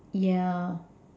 yeah